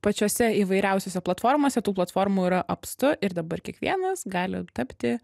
pačiose įvairiausiose platformose tų platformų yra apstu ir dabar kiekvienas gali tapti